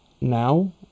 now